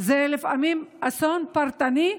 לפעמים זה אסון פרטני.